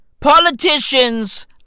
Politicians